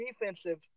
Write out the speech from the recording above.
defensive